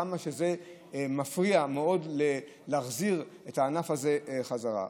כמה שזה מפריע להחזיר את הענף הזה חזרה.